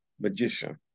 magician